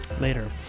later